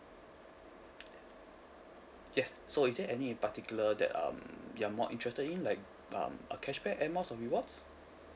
yes so is there any in particular that um you're more interested in like um a cashback air miles or rewards